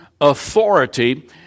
authority